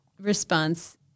response